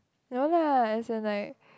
no lah as in like